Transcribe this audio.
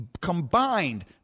combined